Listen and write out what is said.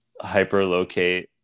hyperlocate